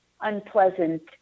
unpleasant